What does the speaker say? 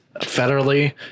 federally